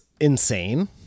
insane